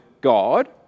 God